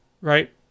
right